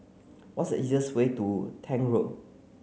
what's the easiest way to Tank Road